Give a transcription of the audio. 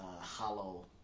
hollow